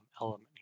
element